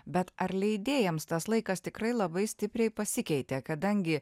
bet ar leidėjams tas laikas tikrai labai stipriai pasikeitė kadangi